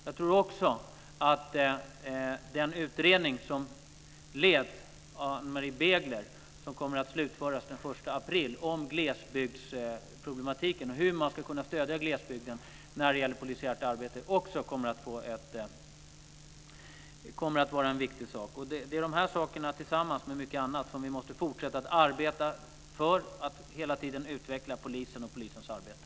Jag tror också att den utredning om glesbygdsproblematiken och hur man ska kunna stödja glesbygden när det gäller polisiärt arbete som leds av Ann-Marie Begler och som kommer att slutföras den 1 april kommer att vara viktig. Det är dessa saker, tillsammans med mycket annat, som vi måste fortsätta att arbeta med för att hela tiden utveckla polisen och polisens arbete.